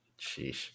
Sheesh